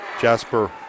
jasper